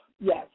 Yes